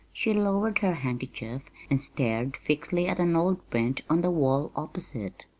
she lowered her handkerchief and stared fixedly at an old print on the wall opposite.